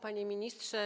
Panie Ministrze!